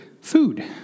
food